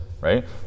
right